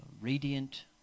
Radiant